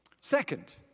Second